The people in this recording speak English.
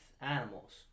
animals